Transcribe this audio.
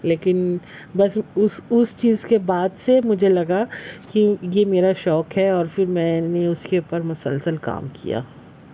لیکن بس اس اس چیز کے بعد سے مجھے لگا کہ یہ میرا شوق ہے اور پھر میں نے اس کے اوپر مسلسل کام کیا